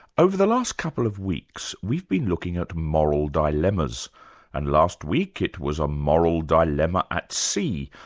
over the last couple of weeks, we've been looking at moral dilemmas and last week it was a moral dilemma at sea,